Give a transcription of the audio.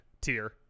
tier